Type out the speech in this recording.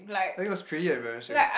I think it was pretty embarrassing